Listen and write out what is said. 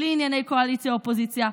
בלי ענייני קואליציה ואופוזיציה.